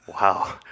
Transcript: Wow